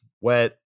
wet